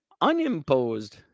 unimposed